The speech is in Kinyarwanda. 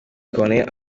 corneille